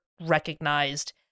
recognized